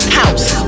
house